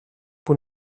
που